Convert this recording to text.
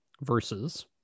versus